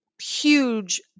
Huge